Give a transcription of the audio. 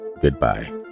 Goodbye